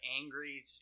angry